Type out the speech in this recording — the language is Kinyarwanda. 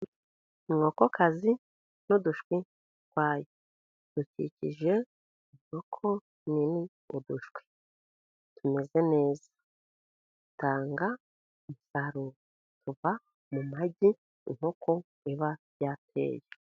Inkokokazi n'udushwi twayo. Dukikije inkoko nini, udushwi tumeze neza. Itanga umusaruro uva mu magi, inkoko iba yateye.